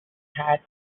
had